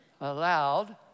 allowed